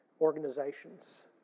organizations